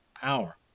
power